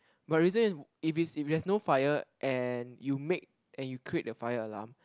but reason if it's if there's no fire and you make and you create the fire alarm